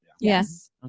Yes